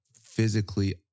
physically